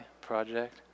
project